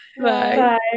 Bye